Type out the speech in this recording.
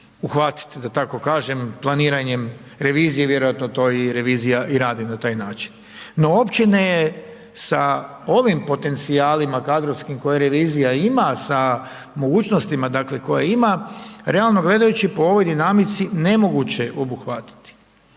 uhvatiti da tako kažem planiranjem revizije i vjerojatno to i revizija i radi na taj način. No općine sa ovim potencijalima kadrovskim koje revizija ima sa mogućnostima koje ima, realno gledajući po ovoj dinamici nemoguće je obuhvatiti.